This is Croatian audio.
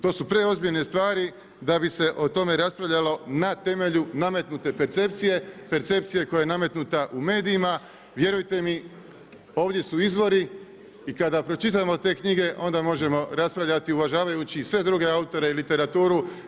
To su preozbiljne stvari da bi se o tome raspravljalo na temelju nametnute percepcije, percepcije koja je nametnuta u medijima, vjerujte mi, ovdje su izvori i kada pročitamo te knjige onda možemo raspravljati, uvažavajući sve druge autore i literaturu.